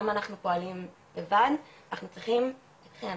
אנחנו צריכים אתכם,